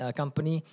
company